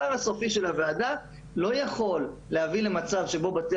התוצר הסופי של הוועדה לא יכול להביא למצב שבו בתי